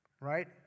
right